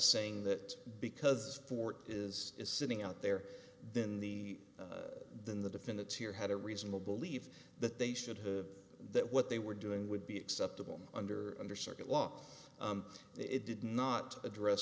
saying that because forte is sitting out there in the then the defendants here had a reasonable belief that they should have that what they were doing would be acceptable under under circuit law it did not address